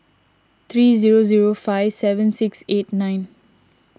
three zero zero five seven six eight nine